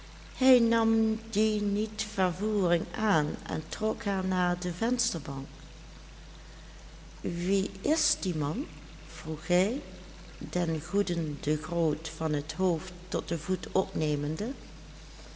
hij nam die met vervoering aan en trok haar naar de vensterbank wie is die man vroeg hij den goeden de groot van het hoofd tot de voeten opnemende